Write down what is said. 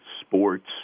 sports